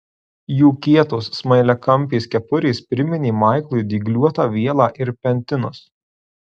jų kietos smailiakampės kepurės priminė maiklui dygliuotą vielą ir pentinus